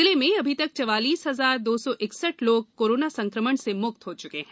जिले में अभी तक चवालीस हजार दो सौ इकसठ लोग कोरोना संकमण से मुक्त हो चुके हैं